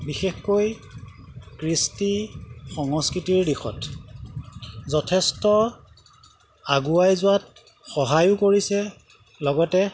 বিশেষকৈ কৃষ্টি সংস্কৃতিৰ দিশত যথেষ্ট আগুৱাই যোৱাত সহায়ো কৰিছে লগতে